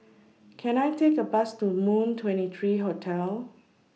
Can I Take A Bus to Moon twenty three Hotel